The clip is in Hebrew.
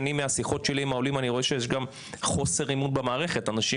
מהשיחות שלי עם העולים אני רואה שיש גם חוסר אמון במערכת ואנשים